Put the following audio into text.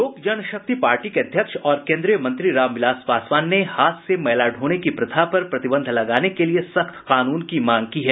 लोक जनशक्ति पार्टी के अध्यक्ष और केन्द्रीय मंत्री रामविलास पासवान ने हाथ से मैला ढोने की प्रथा पर प्रतिबंध लगाने के लिए सख्त कानून की मांग की है